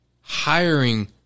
hiring